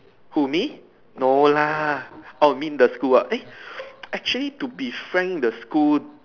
who me no lah oh mean the school eh actually to be frank the school